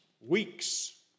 Weeks